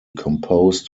composed